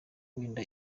wenda